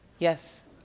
Yes